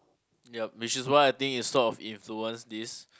yup which is why I think it sort of influence this